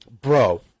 bro